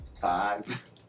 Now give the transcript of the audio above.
five